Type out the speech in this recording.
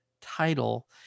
title